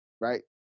right